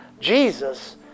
Jesus